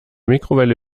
mikrowelle